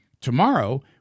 Tomorrow